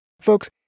Folks